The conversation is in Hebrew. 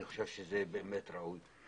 אני חושב שזה באמת ראוי.